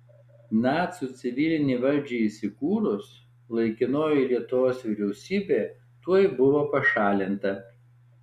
nacių civilinei valdžiai įsikūrus laikinoji lietuvos vyriausybė tuoj buvo pašalinta